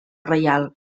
reial